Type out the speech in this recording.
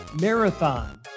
marathon